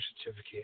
certificate